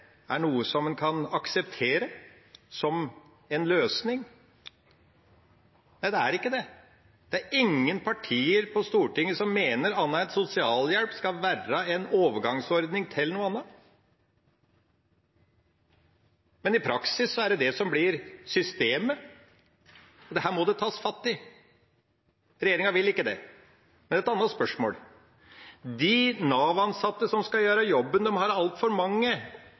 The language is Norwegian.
er noe en kan akseptere som en løsning? Nei, det er ikke det; det er ingen partier på Stortinget som mener annet enn at sosialhjelp skal være en overgangsordning til noe annet. Men i praksis er det det som blir systemet, og dette må det tas fatt i. Regjeringa vil ikke det. Et annet spørsmål: De Nav-ansatte som skal gjøre jobben, har altfor mange